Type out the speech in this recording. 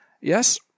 Yes